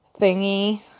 thingy